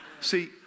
See